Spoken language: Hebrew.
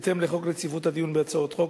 בהתאם לחוק רציפות הדיון בהצעות חוק,